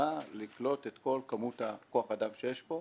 ישימה לקלוט את כל כוח האדים שיש פה